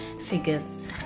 figures